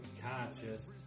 conscious